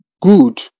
good